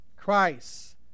Christ